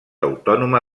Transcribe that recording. autònoma